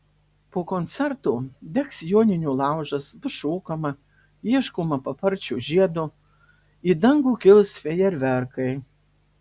po koncerto degs joninių laužas bus šokama ieškoma paparčio žiedo į dangų kils fejerverkai